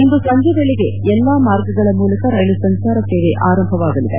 ಇಂದು ಸಂಜೆಯ ವೇಳೆಗೆ ಎಲ್ಲ ಮಾರ್ಗಗಳ ಮೂಲಕ ರೈಲು ಸಂಚಾರ ಸೇವೆ ಆರಂಭವಾಗಲಿದೆ